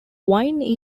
wine